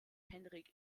henrik